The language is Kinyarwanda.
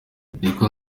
niko